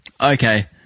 Okay